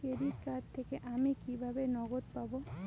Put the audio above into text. Credit card থেকে আমি কিভাবে নগদ পাব?